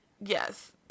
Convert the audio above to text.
Yes